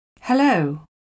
Hello